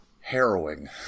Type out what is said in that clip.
harrowing